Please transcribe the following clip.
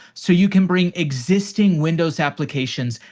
so you can bring existing windows applications,